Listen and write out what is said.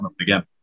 again